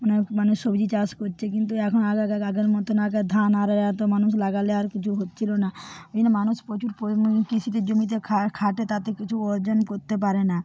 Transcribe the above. মানে মানুষ সবজি চাষ করছে কিন্তু এখন আর আগের মতন আগে ধান আরে এতো মানুষ লাগালে আর কিছু হচ্ছিল না এই জন্য মানুষ প্রচুর পরিমাণে কৃষিজ জমিতে খাটে তাতে কিছু অর্জন করতে পারে না